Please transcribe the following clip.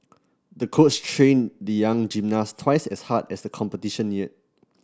the coach trained the young gymnast twice as hard as the competition neared